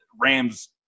Rams